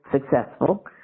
successful